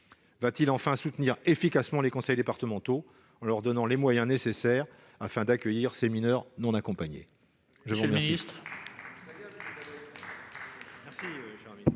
Va-t-il enfin soutenir efficacement les conseils départementaux en leur donnant les moyens nécessaires pour accueillir ces mineurs non accompagnés ?